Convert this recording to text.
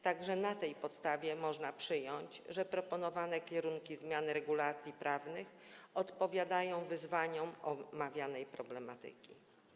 Także na tej podstawie można przyjąć, że proponowane kierunki zmian regulacji prawnych odpowiadają wyzwaniom omawianej problematyki.